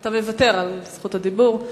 אתה מוותר על זכות הדיבור.